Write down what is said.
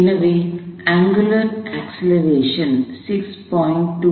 எனவே angular acceleration 6